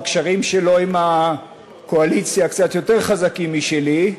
הקשרים שלו עם הקואליציה קצת יותר חזקים משלי,